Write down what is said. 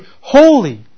holy